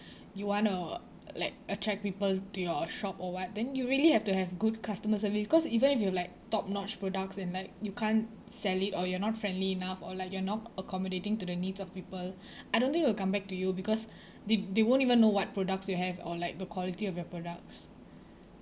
you want to like attract people to your shop or what then you really have to have good customer service because even if you have like top notch products and like you can't sell it or you're not friendly enough or like you're not accommodating to the needs of people I don't think it will come back to you because they they won't even know what products you have or like the quality of your products